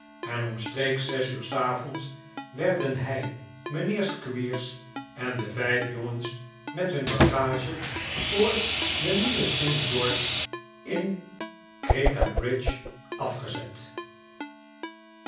en omstreeks zes uur s avonds werden hij mijnheer squeers en de vijf jongens met hun bagage voor de nieuwe st george in gretabridge afgezet